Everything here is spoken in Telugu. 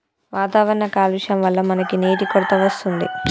వాతావరణ కాలుష్యం వళ్ల మనకి నీటి కొరత వస్తుంది